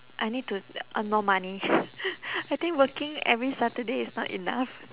I need to earn more money I think working every saturday is not enough